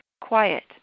quiet